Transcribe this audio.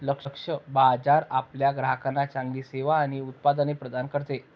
लक्ष्य बाजार आपल्या ग्राहकांना चांगली सेवा आणि उत्पादने प्रदान करते